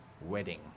wedding